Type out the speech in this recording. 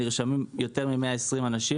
נרשמים יותר מ-120 אנשים,